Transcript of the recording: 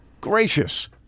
gracious